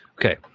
Okay